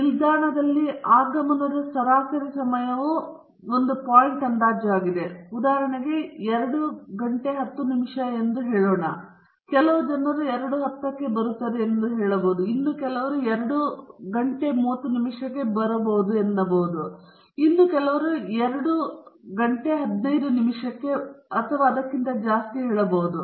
ನಿಲ್ದಾಣದ ರೈಲು ಆಗಮನದ ಸರಾಸರಿ ಸಮಯವು ಪಾಯಿಂಟ್ ಅಂದಾಜು ಆಗಿದೆ ಇದು ನಮಗೆ 210 ಸರಿ ಎಂದು ಹೇಳೋಣ ಕೆಲವು ಜನರು 210 ಕ್ಕೆ ಹೇಳಬಹುದು ಕೆಲವು ಜನರು 230 ಗಂಟೆಗೆ ಇರಬಹುದು ಕೆಲವು ಜನರು 215 pm ಮತ್ತು ಅದಕ್ಕಿಂತ ಹೆಚ್ಚಾಗಿ ಹೇಳಬಹುದು